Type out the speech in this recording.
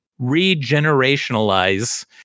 regenerationalize